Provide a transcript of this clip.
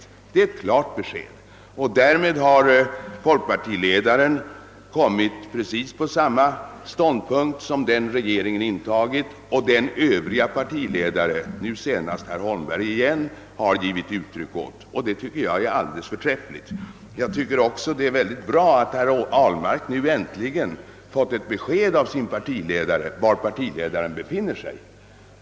Detta är ett klart besked. Därmed har folkpartiledaren intagit precis samma ståndpunkt som den regeringen och övriga partiledare — nu senast återigen herr Holmberg — givit uttryck åt, och detta tycker jag är förträffligt. Jag tycker också att det är mycket bra att herr Ahlmark äntligen fått ett besked av sin partiledare om var denne står i denna fråga.